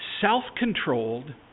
self-controlled